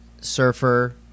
surfer